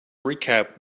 recap